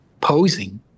posing